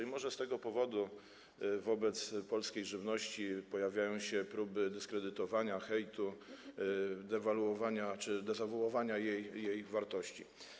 I może z tego powodu wobec polskiej żywności pojawiają się próby dyskredytowania, hejtu, dewaluowania czy dezawuowania jej wartości.